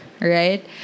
right